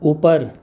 اوپر